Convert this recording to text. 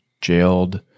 jailed